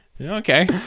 Okay